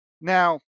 Now